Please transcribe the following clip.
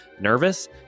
nervous